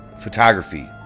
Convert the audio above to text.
photography